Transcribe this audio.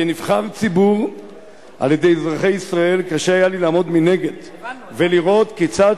כנבחר ציבור על-ידי אזרחי ישראל קשה היה לי לעמוד מנגד ולראות כיצד